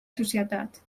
societat